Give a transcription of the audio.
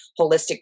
holistic